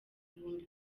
ibihumbi